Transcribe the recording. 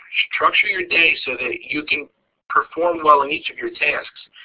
structure your day so that you can perform well in each of your tasks,